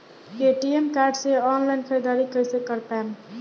ATM card से online ख़रीदारी कइसे कर पाएम?